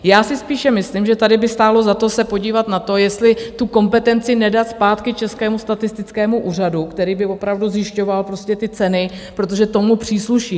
Já si spíše myslím, že tady by stálo za to se podívat na to, jestli tu kompetenci nedat zpátky Českému statistickému úřadu, který by opravdu zjišťoval ty ceny, protože to mu přísluší.